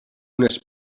unes